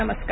नमस्कार